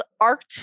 art